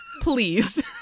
please